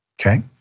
okay